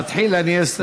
תתחיל, אני אסיים.